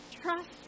Trust